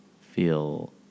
feel